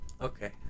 Okay